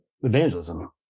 evangelism